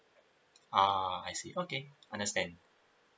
uh I see okay understand